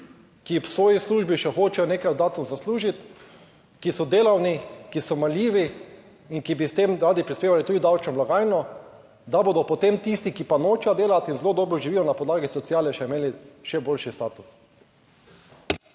ki v svoji službi še hočejo nekaj dodatno zaslužiti, ki so delavni, ki so marljivi in ki bi s tem radi prispevali tudi v davčno blagajno, da bodo potem tisti, ki pa nočejo delati in zelo dobro živijo na podlagi sociale, še imeli še boljši status.